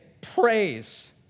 praise